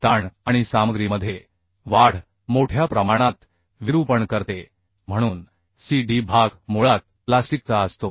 stress आणि सामग्रीमध्ये वाढ मोठ्या प्रमाणात वाढते म्हणून CD भाग मुळात प्लास्टिकचा असतो